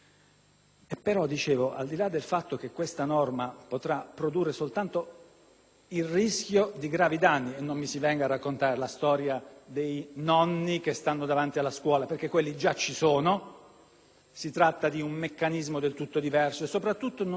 il rischio di gravi danni. E non mi si venga a raccontare la storia dei nonni che vigilano davanti alle scuole, perché quelli già ci sono. Si tratta di un meccanismo del tutto diverso e, soprattutto, non si fa riferimento a quel pericolosissimo concetto di presidio del territorio